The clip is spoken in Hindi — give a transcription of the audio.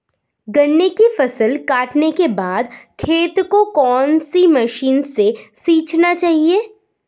गन्ने की फसल काटने के बाद खेत को कौन सी मशीन से सींचना चाहिये?